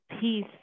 peace